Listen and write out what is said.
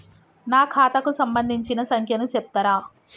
నా ఖాతా కు సంబంధించిన సంఖ్య ను చెప్తరా?